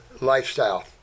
lifestyle